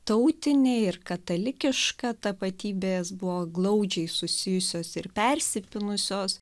tautinė ir katalikišką tapatybės buvo glaudžiai susijusios ir persipynusios